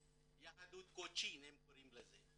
אם הם רוצים מורשת יהדות קוצ'ין, הם קוראים לזה,